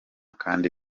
kandi